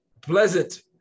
pleasant